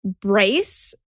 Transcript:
brace